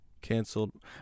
canceled